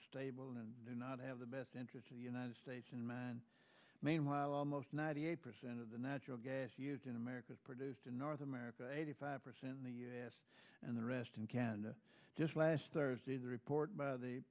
stable and not have the best interests of the united states in mind meanwhile almost ninety eight percent of the natural gas used in america is produced in north america eighty five percent in the u s and the rest in canada just last thursday the report by